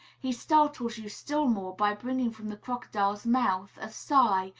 he startles you still more by bringing from the crocodile's mouth a sigh,